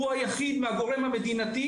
הוא היחיד מהגורם המדיני,